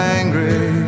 angry